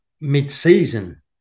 mid-season